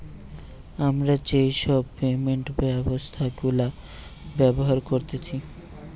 আমরা যেই সব পেমেন্ট ব্যবস্থা গুলা ব্যবহার করতেছি